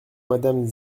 madame